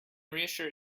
reassure